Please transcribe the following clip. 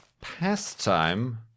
pastime